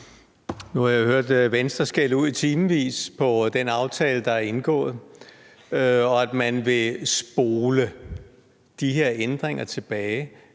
Nu har jeg hørt Venstre skælde ud i timevis på den aftale, der er indgået, og at man vil spole de her ændringer tilbage.